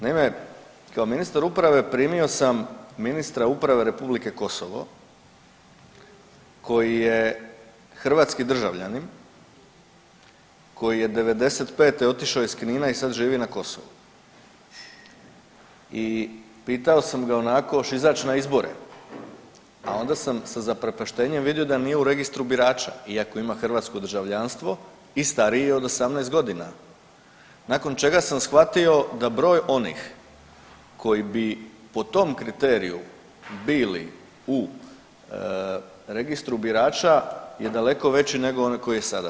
Naime, kao ministar uprave primio sam ministra uprave Republike Kosovo koji je hrvatski državljanin koji je '95. otišao iz Knina i sad živi na Kosovu i pitao sam ga onako hoćeš izać na izbore, a onda sam sa zaprepaštenjem vidio da nije u registru birača iako ima hrvatsko državljanstvo i stariji je od 18.g., nakon čega sam shvatio da broj onih koji bi po tom kriteriju bili u registru birača je daleko veći nego onaj koji je sada.